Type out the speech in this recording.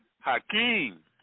Hakeem